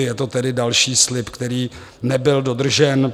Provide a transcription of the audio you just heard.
Je to tedy další slib, který nebyl dodržen.